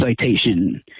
citation